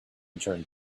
turned